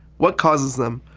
what causes them,